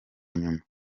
nyuma